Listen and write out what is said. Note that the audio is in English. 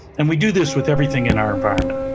and we do this with everything in our environment.